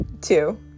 Two